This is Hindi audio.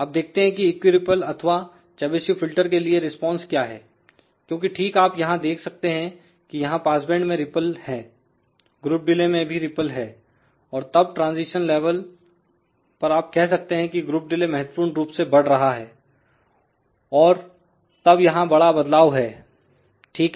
अब देखते हैं की इक्यूरिप्पल अथवा चेबीशेव फिल्टर के लिए रिस्पांस क्या है क्योंकि ठीक आप यहां देख सकते हैं की यहां पासबैंड में रिपल है ग्रुप डिले में भी रिपल हैं और तब ट्रांजिशन लेवल पर आप कह सकते हैं कि ग्रुप डिले महत्वपूर्ण रूप से बढ़ रहा है और तब यहां बड़ा बदलाव है ठीक है